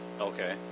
Okay